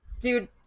dude